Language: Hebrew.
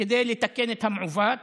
כדי לתקן את המעוות